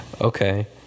Okay